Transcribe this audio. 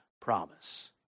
promise